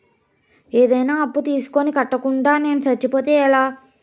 ఏదైనా అప్పు తీసుకొని కట్టకుండా నేను సచ్చిపోతే ఎలా